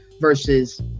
versus